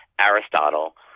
Aristotle